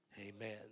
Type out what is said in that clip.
Amen